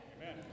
Amen